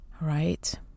right